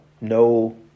no